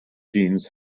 jeans